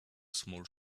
small